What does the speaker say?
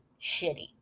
shitty